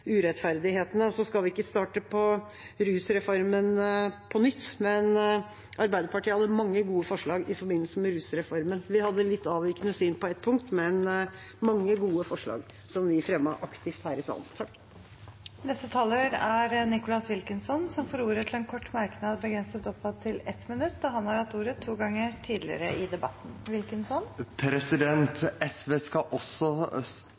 urettferdighetene. Så skal vi ikke starte på rusreformen på nytt, men Arbeiderpartiet hadde mange gode forslag i forbindelse med rusreformen. Vi hadde litt avvikende syn på ett punkt, men det var mange gode forslag som vi fremmet her i salen. Representanten Nicholas Wilkinson har hatt ordet to ganger tidligere og får ordet til en kort merknad, begrenset til 1 minutt.